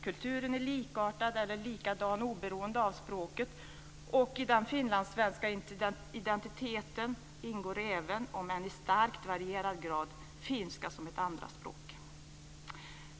Kulturen är likartad eller likadan oberoende av språket, och i den finlandssvenska identiteten ingår även, om än i starkt varierande grad, finska som ett andraspråk.